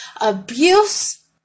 Abuse